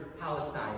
Palestine